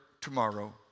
tomorrow